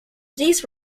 these